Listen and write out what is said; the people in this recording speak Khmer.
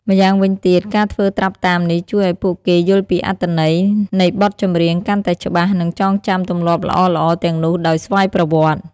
ម្យ៉ាងវិញទៀត ការធ្វើត្រាប់តាមនេះជួយឲ្យពួកគេយល់ពីអត្ថន័យនៃបទចម្រៀងកាន់តែច្បាស់ និងចងចាំទម្លាប់ល្អៗទាំងនោះដោយស្វ័យប្រវត្តិ។